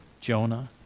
Jonah